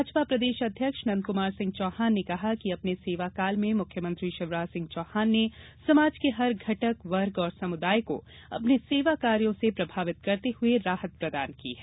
भाजपा प्रदेश अध्यक्ष नंदकमार सिंह चौहान ने कहा कि अपने सेवा काल में मुख्यमंत्री शिवराजसिंह चौहान ने समाज के हर घटक वर्ग समुदाय को अपने सेवा कार्यों से प्रभावित करते हुए राहत प्रदान की है